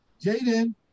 Jaden